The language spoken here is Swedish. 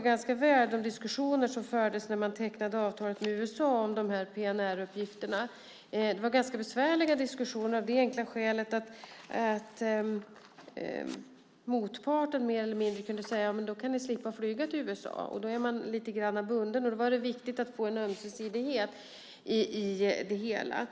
ganska väl ihåg de diskussioner som fördes när man tecknade avtalet med USA om PNR-uppgifterna. Det var ganska besvärliga diskussioner av det enkla skälet att motparten mer eller mindre kunde säga: Då kan ni slippa flyga till USA! Då är man lite bunden, och därför var det viktigt att få en ömsesidighet i det hela.